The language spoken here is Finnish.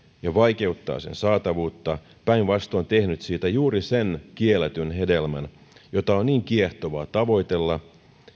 ja vaikeuttaa sen saatavuutta päinvastoin tehnyt siitä juuri sen kielletyn hedelmän jota on niin kiehtovaa tavoitella